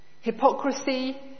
hypocrisy